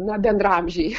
na bendraamžiai